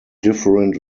different